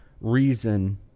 reason